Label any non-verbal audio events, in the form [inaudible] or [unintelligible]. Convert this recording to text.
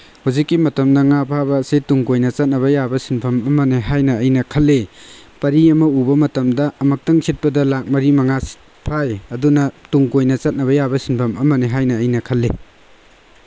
ꯍꯧꯖꯤꯛꯀꯤ ꯃꯇꯝꯗ ꯉꯥ ꯐꯥꯕ ꯑꯁꯤ ꯇꯨꯡ ꯀꯣꯏꯅ ꯆꯠꯅꯕ ꯌꯥꯕ ꯁꯤꯟꯐꯝ ꯑꯃꯅꯦ ꯍꯥꯏꯅ ꯑꯩꯅ ꯈꯜꯂꯤ ꯄꯔꯤ ꯑꯃ ꯎꯕ ꯃꯇꯝꯗ ꯑꯃꯨꯛꯇꯪ ꯁꯤꯠꯄꯗ ꯂꯥꯛ ꯃꯔꯤ ꯃꯉꯥ [unintelligible] ꯑꯗꯨꯅ ꯇꯨꯡ ꯀꯣꯏꯅ ꯆꯠꯅꯕ ꯌꯥꯕ ꯁꯤꯟꯐꯝ ꯑꯃꯅꯦ ꯍꯥꯏꯅ ꯑꯩꯅ ꯈꯜꯂꯤ